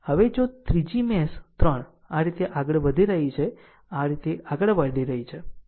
હવે જો આ ત્રીજી મેશ 3 આ રીતે આગળ વધી રહી છે આ રીતે આગળ વધી રહી છે